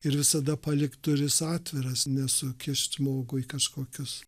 ir visada palikt duris atviras nesukišt žmogų į kažkokius